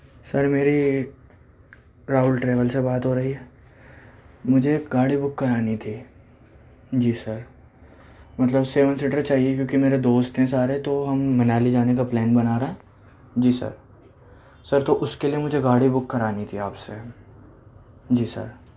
سر میری راہل ٹریویل سے بات ہو رہی ہے مجھے ایک گاڑی بک کرانی تھی جی سر مطلب سیون سیٹر چاہیے کیونکہ میرے دوست ہیں سارے تو ہم منالی جانے کا پلان بنا رہا جی سر سر تو اس کے لیے مجھے گاڑی بک کرانی تھی آپ سے جی سر